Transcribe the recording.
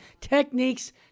Techniques